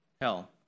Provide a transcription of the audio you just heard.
hell